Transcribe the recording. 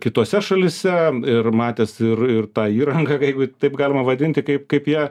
kitose šalyse ir matęs ir ir tą įrangą jeigu taip galima vadinti kaip kaip jie